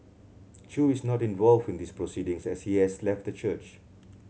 Chew is not involved in these proceedings as he has left the church